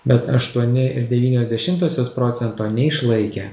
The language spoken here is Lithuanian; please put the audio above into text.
bet aštuoni ir devynios dešimtosios procento neišlaikė